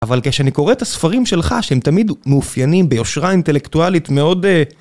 אבל כשאני קורא את הספרים שלך, שהם תמיד מאופיינים ביושרה אינטלקטואלית מאוד...